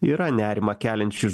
yra nerimą keliančių